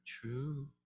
true